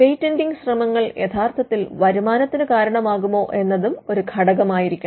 patenting ശ്രമങ്ങൾ യഥാർത്ഥത്തിൽ വരുമാനത്തിന് കാരണമാകുമോ എന്നതും ഒരു ഘടകമായിരിക്കണം